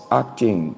acting